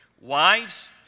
Wives